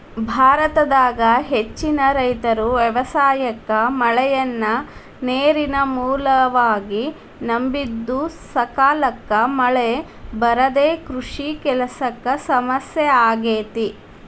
ಭಾರತದಾಗ ಹೆಚ್ಚಿನ ರೈತರು ವ್ಯವಸಾಯಕ್ಕ ಮಳೆಯನ್ನ ನೇರಿನ ಮೂಲವಾಗಿ ನಂಬಿದ್ದುಸಕಾಲಕ್ಕ ಮಳೆ ಬರದೇ ಕೃಷಿ ಕೆಲಸಕ್ಕ ಸಮಸ್ಯೆ ಆಗೇತಿ